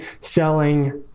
selling